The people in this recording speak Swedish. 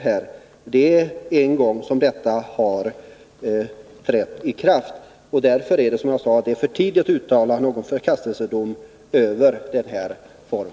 Bara en gång har reglerna tillämpats — och det är därför jag har sagt att det är för tidigt att nu uttala någon förkastelsedom över dem.